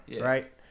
right